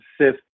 Sith